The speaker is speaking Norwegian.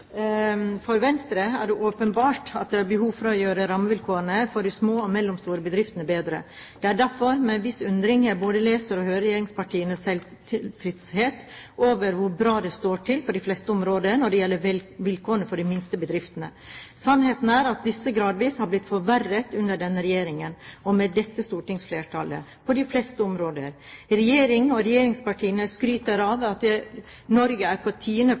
For Venstre er det åpenbart at det er behov for å gjøre rammevilkårene for de små og mellomstore bedriftene bedre. Det er derfor med en viss undring jeg både leser og hører regjeringspartienes selvtilfredshet over hvor bra det står til på de fleste områder når det gjelder vilkårene for de minste bedriftene. Sannheten er at disse gradvis har blitt forverret under denne regjeringen og med dette stortingsflertallet – på de fleste områder. Regjeringen og regjeringspartiene skryter av at Norge er på